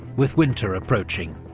with winter approaching.